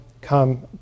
come